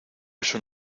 eso